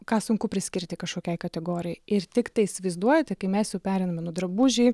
ką sunku priskirti kažkokiai kategorijai ir tiktai įsivaizduojate kai mes jau pereiname nuo drabužiai